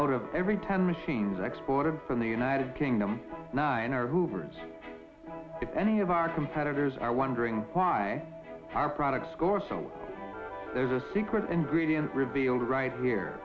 out of every ten machines exported from the united kingdom hoovers any of our competitors are wondering why our products score so there's a secret ingredient revealed right here